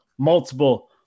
Multiple